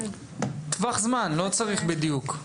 טווח זמן, לא צריך בדיוק.